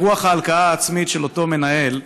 ברוח ההלקאה העצמית של אותו מנהל,